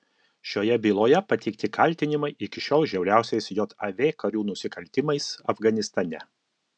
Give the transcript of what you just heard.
šioje byloje pateikti kaltinimai iki šiol žiauriausiais jav karių nusikaltimais afganistane